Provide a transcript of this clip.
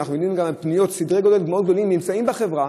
אנחנו יודעים גם על פניות בסדרי גודל מאוד גדולים שנמצאות בחברה.